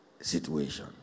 situation